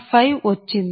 5 వచ్చింది